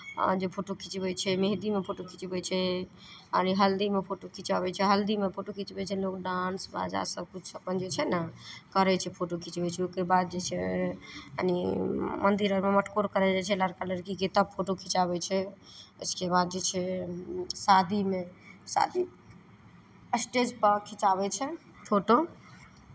आ जे फोटो खिचबै छै मेहदीमे फोटो खिचबै छै आओर ई हल्दीमे फोटो खिचाबै छै हल्दीमे फोटो खिचबै छै लोग डाँस बाजा सभकिछु अपन जे छै ने करै छै फोटो खिचबै छै ओहिके बाद जे छै कनी मन्दिर आरमे मटकोर करय जाइ छै लड़का लड़कीके तब फोटो खिचाबै छै उसके बाद जे छै शादीमे शादी स्टेजपर खिचाबै छै फोटो